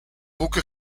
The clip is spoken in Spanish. buque